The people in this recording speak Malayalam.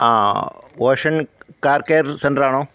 ആ ഓഷന് കാര് കെയര് സെന്ററാണോ